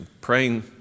praying